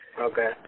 Okay